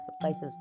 places